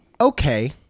okay